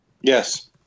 Yes